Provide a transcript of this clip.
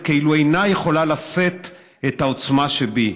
כאילו אינה יכולה לשאת את העוצמה שבי.